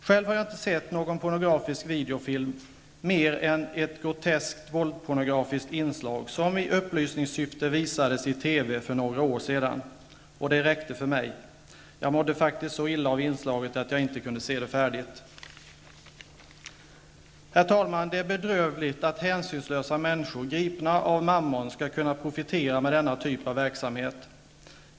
Själv har jag inte sett någon pornografisk videofilm mer än ett groteskt våldspornografiskt inslag som i upplysningssyfte visades i TV för några år sedan, och det räckte för mig. Jag mådde faktiskt så illa av det att jag inte kunde se det till slut. Herr talman! Det är bedrövligt att hänsynslösa människor, gripna av Mammon, skall kunna profitera på denna typ av verksamhet.